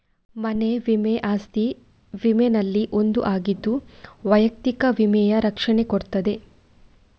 ಮನೆ ವಿಮೆ ಅಸ್ತಿ ವಿಮೆನಲ್ಲಿ ಒಂದು ಆಗಿದ್ದು ವೈಯಕ್ತಿಕ ವಿಮೆಯ ರಕ್ಷಣೆ ಕೊಡ್ತದೆ